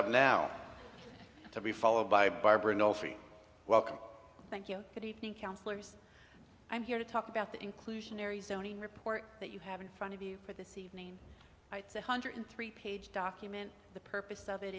up now to be followed by barbara no free welcome thank you good evening counselors i'm here to talk about the inclusionary zoning report that you have in front of you for this evening it's one hundred three page document the purpose of it